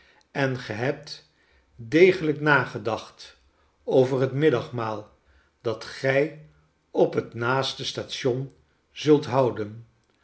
en ge hebt degelijk nagedacht over het middagmaal dat gij op het naaste station zult houden